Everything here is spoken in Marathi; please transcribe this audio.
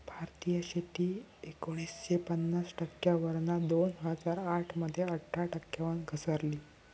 भारतीय शेती एकोणीसशे पन्नास टक्क्यांवरना दोन हजार आठ मध्ये अठरा टक्क्यांवर घसरली